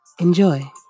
Enjoy